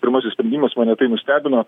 pirmasis sprendimas mane tai nustebino